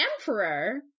emperor